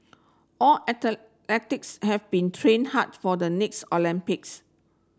our have been train hard for the next Olympics